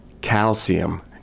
calcium –